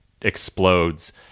explodes